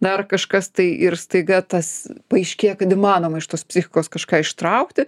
dar kažkas tai ir staiga tas paaiškėja kad įmanoma iš tos psichikos kažką ištraukti